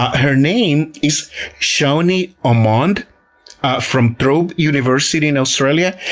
her name is shauni um omond from trobe university in australia,